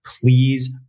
Please